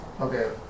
Okay